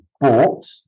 bought